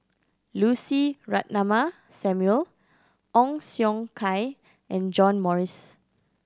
Lucy Ratnammah Samuel Ong Siong Kai and John Morrice